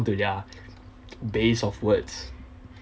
to their base of words